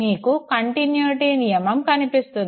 మీకు కంటిన్యుటీ నియమం కనిపిస్తుంది